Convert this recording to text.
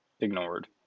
ignored